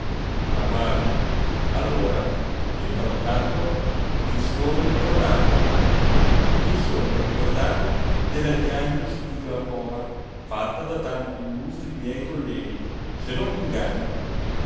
ma guardi allora tutt'a un tratto mi sono ricordato i sono ricordato della diagnosi di glaucoma fatta da tanti illustri miei colleghi se non m'inganno